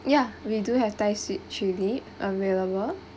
ya we do have thai sweet chili available